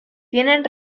tienen